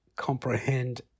Comprehend